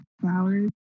flowers